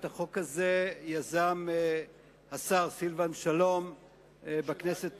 את החוק הזה יזם השר סילבן שלום בכנסת